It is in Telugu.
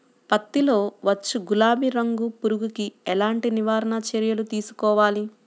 పత్తిలో వచ్చు గులాబీ రంగు పురుగుకి ఎలాంటి నివారణ చర్యలు తీసుకోవాలి?